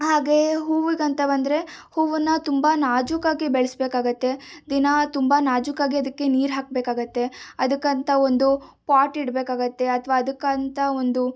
ಹಾಗೆ ಹೂವಿಗಂತ ಬಂದರೆ ಹೂವನ್ನು ತುಂಬ ನಾಜೂಕಾಗಿ ಬೆಳೆಸ್ಬೇಕಾಗತ್ತೆ ದಿನ ತುಂಬ ನಾಜೂಕಾಗಿ ಅದಕ್ಕೆ ನೀರು ಹಾಕಬೇಕಾಗತ್ತೆ ಅದಕ್ಕಂತ ಒಂದು ಪಾಟ್ ಇಡಬೇಕಾಗತ್ತೆ ಅಥವಾ ಅದಕ್ಕಂತ ಒಂದು